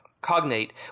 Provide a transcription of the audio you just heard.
cognate